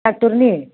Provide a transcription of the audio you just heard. डक्ट'रनि